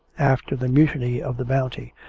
after the mutiny of the bounty,